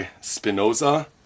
Spinoza